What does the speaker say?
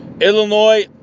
Illinois